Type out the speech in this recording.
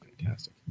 fantastic